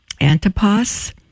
Antipas